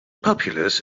populous